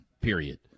period